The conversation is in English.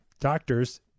Doctors